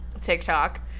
TikTok